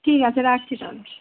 ঠিক আছে রাখছি তাহলে